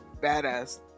badass